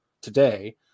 today